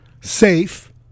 safe